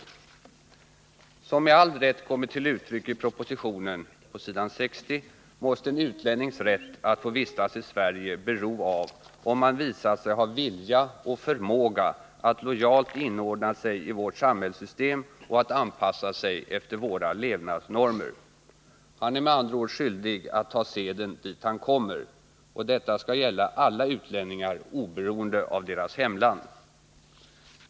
Såsom med all rätt kommit till uttryck i propositionen — s. 60 — måste en utlännings rätt att vist as i Sverige bero av huruvida han visar sig ha vilja och förmåga att lojalt inordna sig i vårt samhällssystem och anpassa sig efter våra levnadsnormer. Han är med andra ord skyldig att ta seden dit han kommer — och detta skall gälla alla utlänningar, oberoende av deras hemland.